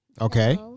Okay